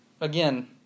again